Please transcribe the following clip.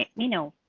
and you know.